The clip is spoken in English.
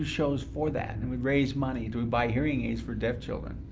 shows for that. and we'd raise money to buy hearing aids for deaf children.